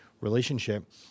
relationship